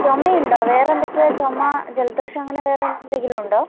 ചുമയുണ്ടോ വേറെ എന്തൊക്കെയാണ് ചുമ ജലദോഷം അങ്ങനെ വേറെ എന്തെങ്കിലും ഉണ്ടോ